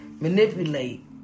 manipulate